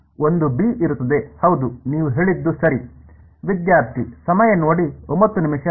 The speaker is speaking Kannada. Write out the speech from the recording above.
ಒಂದು ಬಿ ಇರುತ್ತದೆ ಹೌದು ನೀವು ಹೇಳಿದ್ದು ಸರಿ